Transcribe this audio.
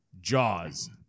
Jaws